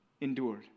endured